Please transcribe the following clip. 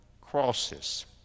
crosses